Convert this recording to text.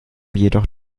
jedoch